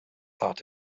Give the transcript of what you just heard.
thought